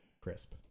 crisp